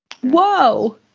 Whoa